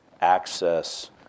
access